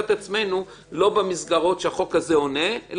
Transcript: את עצמנו לא במסגרות שהחוק הזה עונה עליהן,